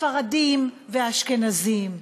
ספרדים ואשכנזים,